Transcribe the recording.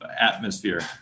atmosphere